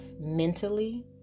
mentally